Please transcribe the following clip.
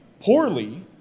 poorly